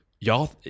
Y'all